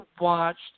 watched